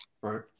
right